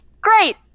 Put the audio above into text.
Great